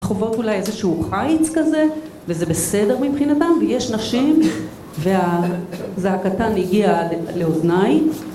חווות אולי איזשהו חייץ כזה, וזה בסדר מבחינתם, ויש נשים וה..זעקתן הגיע עד לאוזניי